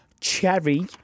Cherry